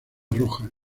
roja